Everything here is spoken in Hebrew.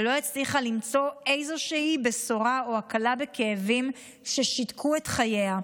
ולא הצליחה למצוא איזושהי בשורה או הקלה בכאבים ששיתקו את חייה.